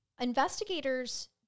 Investigators